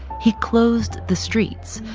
he closed the streets.